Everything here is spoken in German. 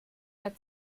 der